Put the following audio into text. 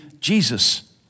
Jesus